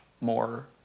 more